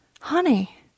honey